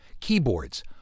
keyboards